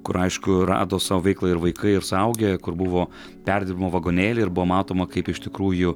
kur aišku rado savo veiklą ir vaikai ir suaugę kur buvo perdirbimo vagonėliai ir buvo matoma kaip iš tikrųjų